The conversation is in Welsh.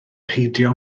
peidio